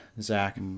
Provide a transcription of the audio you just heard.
Zach